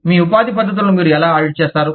మీ ఉపాధి పద్ధతులను మీరు ఎలా ఆడిట్ చేస్తారు